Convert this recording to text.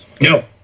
no